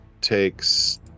takes